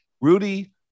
Rudy